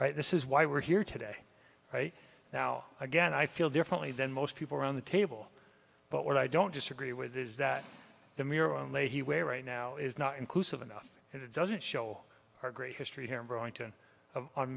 discussion this is why we're here today right now again i feel differently than most people around the table but what i don't disagree with is that the mere only he way right now is not inclusive enough and it doesn't show our great history here in burlington on